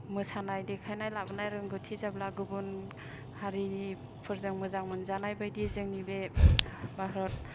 मोसानाय देखायनाय लाबोनाय रोंगौथि जेब्ला गुबुन हारिनिफोरजों मोजां मोनजानाय बादि जोंनि बे भारत